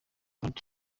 donald